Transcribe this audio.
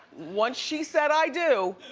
once she said i do.